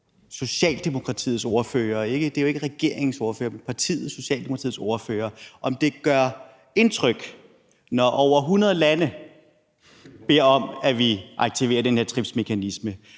Socialdemokratiets ordfører – det er jo ikke regeringens ordfører, men partiet Socialdemokratiets ordfører – om det gør indtryk, når over 100 lande beder om, at vi aktiverer den her TRIPS-mekanisme.